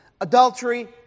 adultery